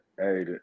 hey